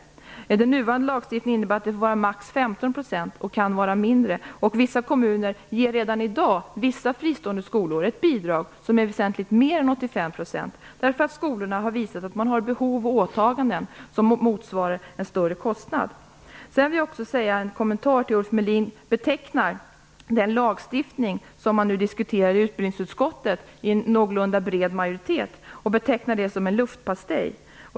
Den nuvarande lagstiftningen innebär att det får vara maximalt 15 % och kan vara mindre. Vissa kommuner ger redan i dag vissa fristående skolor ett bidrag som är väsentligt mer än 85 % därför att skolorna har visat att de har behov och åtaganden som motsvarar en större kostnad. Sedan vill jag också göra en kommentar till att Ulf Melin betecknar den lagstiftning som man nu diskuterar i utbildningsutskottet i en någorlunda bred majoritet som en luftpastej.